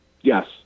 Yes